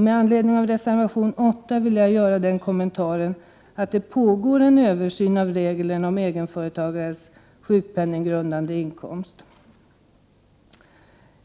Med anledning av reservation 8 vill jag göra den kommentaren att det pågår en översyn av reglerna om egenföretagares sjukpenninggrundande inkomst.